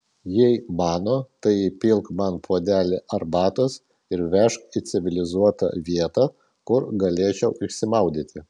jei mano tai įpilk man puodelį arbatos ir vežk į civilizuotą vietą kur galėčiau išsimaudyti